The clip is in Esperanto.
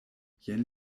jen